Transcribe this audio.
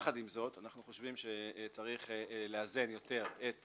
יחד עם זאת אנחנו חושבים שצריך לאזן יותר את